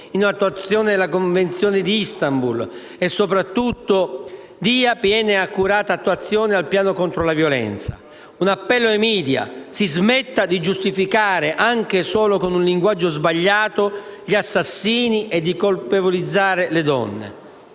in attuazione della Convenzione in Istanbul e, soprattutto, dia piena e accurata attuazione al piano contro la violenza. È un appello ai *media*: si smetta di giustificare, anche solo con un linguaggio sbagliato, gli assassini e di colpevolizzare le donne.